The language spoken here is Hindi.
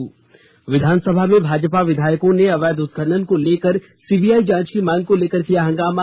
ने विधानसभा में भाजपा विधायकों ने अवैध उत्खनन को लेकर सीबीआई जांच की मांग को लेकर किया हंगामा